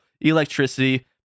electricity